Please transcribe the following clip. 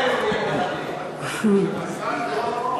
מזל טוב.